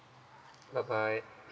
bye bye